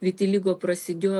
vitiligo prasidėjo